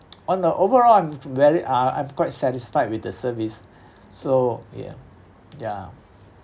on the overall I'm v~ very uh I'm quite satisfied with the service so yeah ya